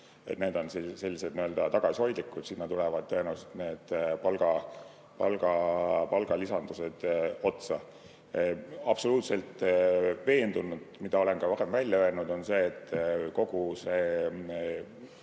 Need on sellised nii-öelda tagasihoidlikud, sinna tulevad tõenäoliselt need palgalisandused otsa. Absoluutselt veendunud, mida olen ka varem välja öelnud, et kogu see